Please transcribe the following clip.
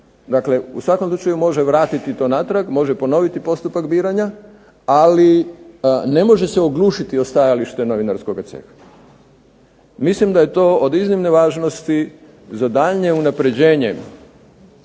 Dakle u svakom slučaju može vratiti to natrag, može ponoviti postupak biranja, ali ne može se oglušiti o stajalište novinarskoga ceha. Mislim da je to od iznimne važnosti za daljnje unapređenje